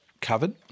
covered